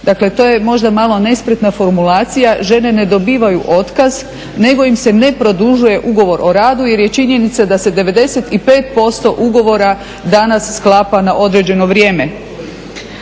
Dakle, to je možda malo nespretna formulacija, žene ne dobivaju otkaz nego im se ne produžuje ugovor o radu jer je činjenica da se 95% ugovora danas sklapa na određeno vrijeme.